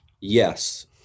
Yes